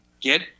Get